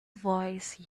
voice